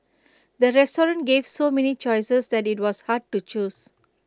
the restaurant gave so many choices that IT was hard to choose